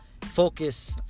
focus